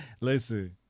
Listen